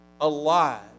alive